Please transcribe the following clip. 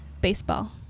Baseball